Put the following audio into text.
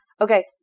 Okay